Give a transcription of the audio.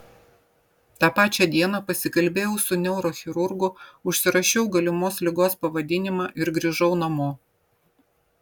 tą pačią dieną pasikalbėjau su neurochirurgu užsirašiau galimos ligos pavadinimą ir grįžau namo